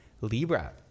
Libra